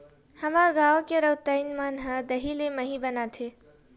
हमर गांव के रउतइन मन ह दही ले मही बनाथे